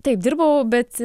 taip dirbau bet